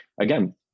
again